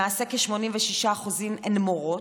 למעשה כ-86% הן מורות,